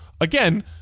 again